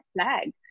flag